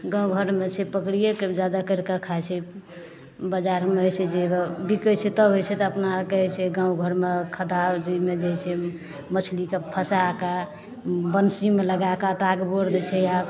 गाँव घरमे छै पकड़िएके जादा करिके खाइत छै बजारमे रहैत छै बिकैत छै तब होइत छै तऽ अपना आरके जे छै गाँव घरमे खद्धा जहिमे जे छै मछली सब फँसाके बँसीमे लगएके आटाक बोर दै छै आ